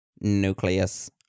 nucleus